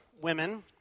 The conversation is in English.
women